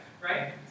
right